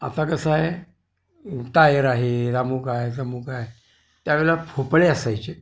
आता कसं आहे टायर आहे अमूक आहे तमूक आहे त्यावेळेला भोपळे असायचे